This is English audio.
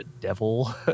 Devil